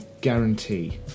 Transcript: guarantee